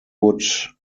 would